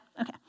okay